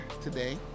today